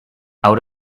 out